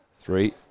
Three